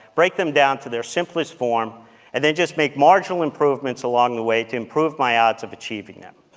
break them down to their simplest form and then just make marginal improvements along the way to improve my odds of achieving them.